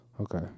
Okay